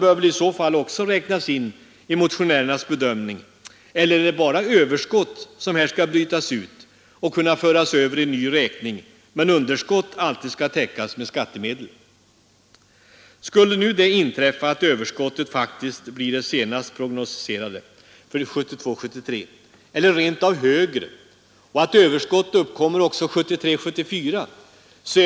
Vi har i utskottet berört de här faktorerna som kan leda fram till denna utveckling. Inom varuproduktionen kan vi med maskiners och teknikens hjälp höja produktionen kraftigt en med oförändrad eller minskad sysselsättning.